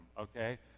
Okay